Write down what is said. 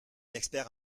expert